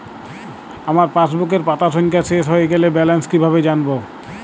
আমার পাসবুকের পাতা সংখ্যা শেষ হয়ে গেলে ব্যালেন্স কীভাবে জানব?